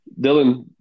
Dylan